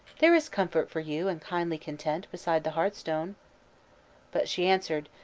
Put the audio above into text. there is comfort for you and kindly content beside the hearthstone but she answered,